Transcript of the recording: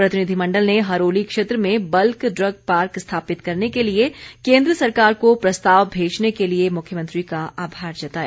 प्रतिनिधिमण्डल ने हरोली क्षेत्र में बल्क ड्रग पार्क स्थापित करने के लिए केन्द्र सरकार को प्रस्ताव भेजने के लिए मुख्यमंत्री का आभार जताया